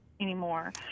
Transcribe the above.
anymore